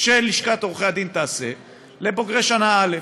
שלשכת עורכי הדין תעשה לבוגרי שנה א'